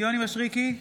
יונתן מישרקי,